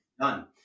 done